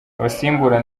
abasimbura